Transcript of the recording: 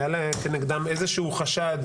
היה כנגדם איזה שהוא חשד,